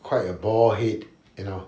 quite a bald head you know